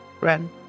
Ren